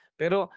pero